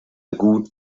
gut